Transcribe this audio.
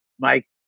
Mike